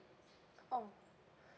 oh